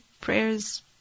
prayers